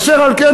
אשר על כן,